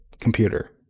computer